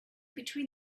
between